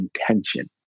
intention